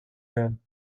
hören